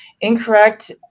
incorrect